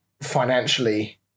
financially